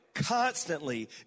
Constantly